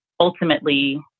ultimately